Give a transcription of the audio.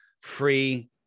free